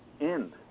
end